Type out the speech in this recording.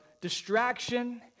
distraction